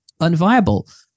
unviable